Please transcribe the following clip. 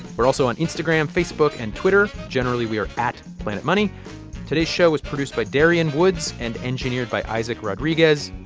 we're also on instagram, facebook and twitter. generally, we are at planetmoney today's show was produced by darian woods and engineered by isaac rodriguez.